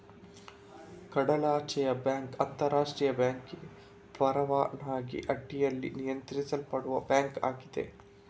ಕಡಲಾಚೆಯ ಬ್ಯಾಂಕ್ ಅಂತರಾಷ್ಟ್ರೀಯ ಬ್ಯಾಂಕಿಂಗ್ ಪರವಾನಗಿ ಅಡಿಯಲ್ಲಿ ನಿಯಂತ್ರಿಸಲ್ಪಡುವ ಬ್ಯಾಂಕ್ ಆಗಿದೆ